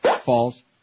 False